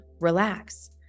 relax